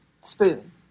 spoon